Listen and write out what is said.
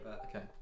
Okay